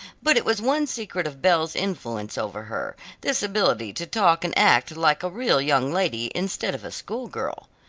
but it was one secret of belle's influence over her, this ability to talk and act like a real young lady instead of a schoolgirl.